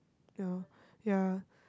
no ya